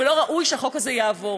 ולא ראוי שהחוק הזה יעבור.